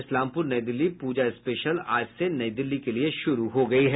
Islampur New Delhi Puja special आज से नई दिल्ली के लिए शुरू हो गयी है